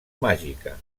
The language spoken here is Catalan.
màgica